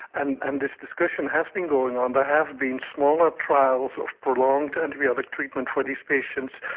and and this discussion has been going on. there have been smaller trials of prolonged antibiotic treatment for these patients,